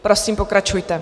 Prosím, pokračujte.